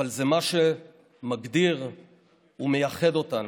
אבל זה מה שמגדיר ומייחד אותנו.